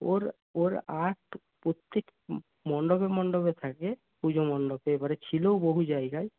ওর ওর আর্ট প্রত্যেক মণ্ডপে মণ্ডপে থাকে পুজো মণ্ডপে এবারে ছিলোও বহু জায়গায়